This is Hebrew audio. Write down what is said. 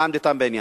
מה עמדתם בעניין.